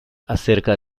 acerca